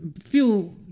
feel